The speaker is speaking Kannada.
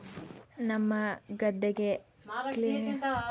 ನಮ್ಮ ಗದ್ದೆಗ ಕ್ಲೇ ಮಣ್ಣು ಇರೋದ್ರಿಂದ ಖಾರಿಫ್ ಬೆಳೆಗಳನ್ನ ಬೆಳೆಕ ಬೇಸತೆ